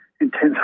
intense